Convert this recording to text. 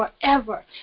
forever